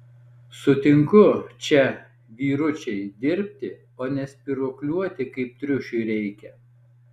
sutinku čia vyručiai dirbti o ne spyruokliuoti kaip triušiui reikia